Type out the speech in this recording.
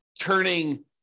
turning